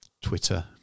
Twitter